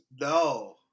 No